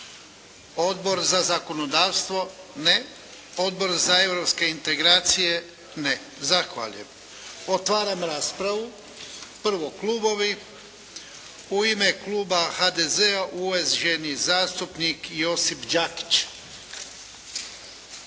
Odbor za zakonodavstvo? Ne. Odbor za europske integracije? Ne. Zahvaljujem. Otvaram raspravu. Prvo klubovi. U ime kluba HDZ-a, uvaženi zastupnik Josip Đakić.